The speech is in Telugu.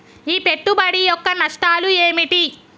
ఈ పెట్టుబడి యొక్క నష్టాలు ఏమిటి?